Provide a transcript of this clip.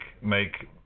make